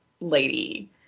lady